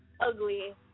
ugly